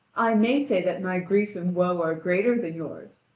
i may say that my grief and woe are greater than yours,